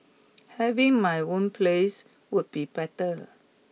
having my own place would be better